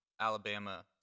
Alabama